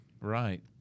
right